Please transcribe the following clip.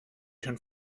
schon